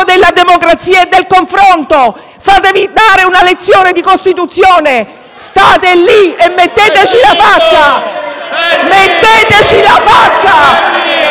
dare una lezione di Costituzione: state lì e metteteci la faccia. Metteteci la faccia!